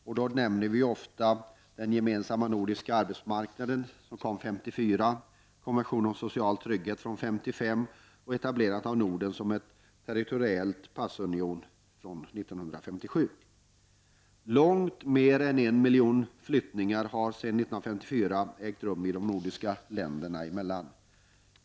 Nämnas kan överenskommelsen om gemensam nördisk arbetsmarknad 1954, konventionen om social trygghet 1955 och etablerandet av Norden som en territoriell passunion 1957. Långt mer än 1 miljon flyttningar har sedan år 1954 ägt rum de nordiska länderna emellan.